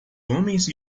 homens